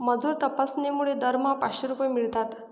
मजूर तपासणीमुळे दरमहा पाचशे रुपये मिळतात